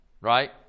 right